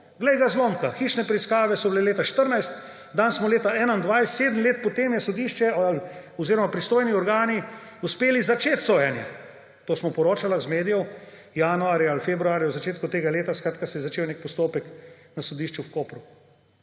Glej ga zlomka, hišne preiskave so bile leta 2014; danes smo leta 2021, 7 let po tem so pristojni organi uspeli začeti sojenje. To smo poročali, lahko iz medijev …, januarja ali februarja v začetku tega leta se je začel nek postopek na sodišču v Kopru.